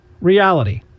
Reality